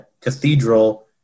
Cathedral